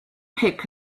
pick